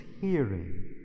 hearing